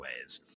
ways